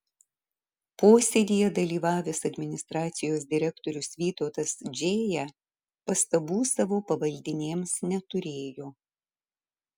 posėdyje dalyvavęs administracijos direktorius vytautas džėja pastabų savo pavaldinėms neturėjo